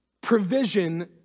provision